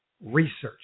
Research